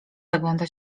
zagląda